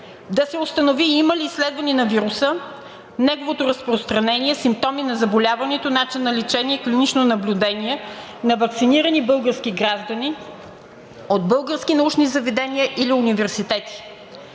Да се установи има ли изследване на вируса, неговото разпространение, симптоми на заболяването, начин на лечение и клинично наблюдение на ваксинирани български граждани от български научни заведения или университети.